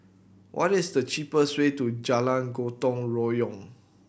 what is the cheapest way to Jalan Gotong Royong